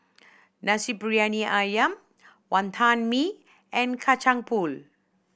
Nasi Briyani Ayam Wantan Mee and Kacang Pool